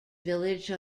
village